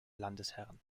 landesherren